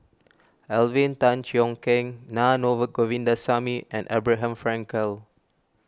Alvin Tan Cheong Kheng Naa Govindasamy and Abraham Frankel